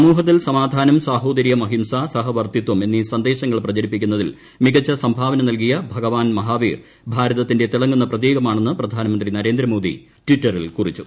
സമൂഹത്തിൽ സമാധാനം സാഹോദര്യം അഹിംസ സഹവർത്തിത്വം എന്നീ സന്ദേശങ്ങൾ പ്രചരിപ്പിക്കുന്നതിൽ മികച്ച സംഭാവന നൽകിയ ഭഗവാൻ മഹാവീർ ഭാരതത്തിന്റെ തിള്ങ്ങുന്ന പ്രതീകമാണെന്ന് പ്രധാനമന്ത്രി നരേന്ദ്രമോദി ട്വിറ്ററിൽ കുറിച്ചു